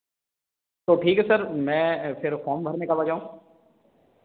तो ठीक है सर मैं फ़िर फॉर्म भरने कब आ जाऊँ